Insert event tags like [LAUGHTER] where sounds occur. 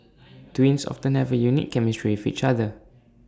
[NOISE] twins often have A unique chemistry with each other